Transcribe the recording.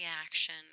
reaction